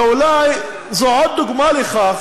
ואולי זו עוד דוגמה לכך